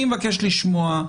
אני מבקש לשמוע,